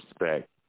respect